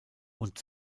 und